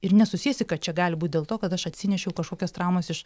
ir nesusiesi kad čia gali būt dėl to kad aš atsinešiau kažkokias traumas iš